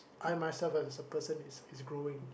I myself as a person is is growing